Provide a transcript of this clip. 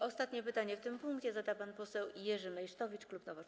Ostatnie pytanie w tym punkcie zada pan poseł Jerzy Meysztowicz, klub Nowoczesna.